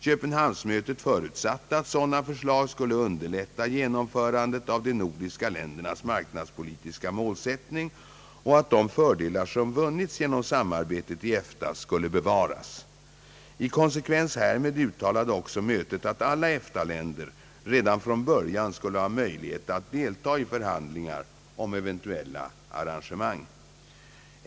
Köpenhamnsmötet förutsatte att sådana förslag skulle underlätta genomförandet av de nordiska ländernas marknadspolitiska målsättning och att de fördelar som vunnits genom samarbetet i EFTA skulle bevaras. I konsekvens härmed uttalade också mötet att alla EFTA-länder redan från början skulle ha möjlighet att delta i förhandlingar om eventuella arrangemang.